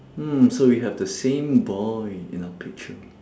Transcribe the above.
hmm so we have the same boy in our picture